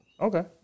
Okay